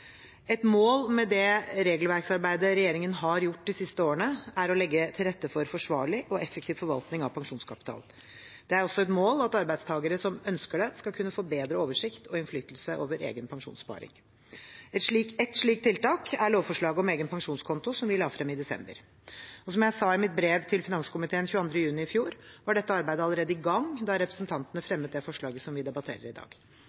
Et mål med det regelverksarbeidet regjeringen har gjort de siste årene, er å legge til rette for forsvarlig og effektiv forvaltning av pensjonskapital. Det er også et mål at arbeidstakere som ønsker det, skal kunne få bedre oversikt og innflytelse over egen pensjonssparing. Ett slikt tiltak er lovforslaget om egen pensjonskonto som vi la frem i desember. Som jeg sa i mitt brev til finanskomiteen 22. juni i fjor, var dette arbeidet allerede i gang da representantene fremmet det forslaget som vi debatterer i dag.